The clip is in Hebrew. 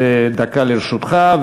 דקה לרשותך.